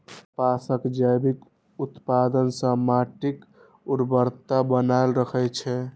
कपासक जैविक उत्पादन सं माटिक उर्वरता बनल रहै छै